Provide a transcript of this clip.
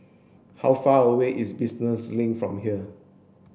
how far away is Business Link from here